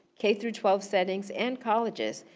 k through twelve settings and colleges,